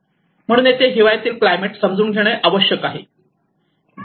म्हणून येथे हिवाळ्यातील क्लायमेट समजून घेणे आवश्यक आहे